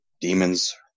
Demons